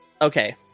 Okay